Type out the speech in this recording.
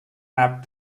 mapped